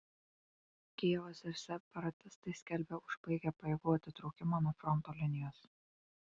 kijevas ir separatistai skelbia užbaigę pajėgų atitraukimą nuo fronto linijos